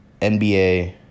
NBA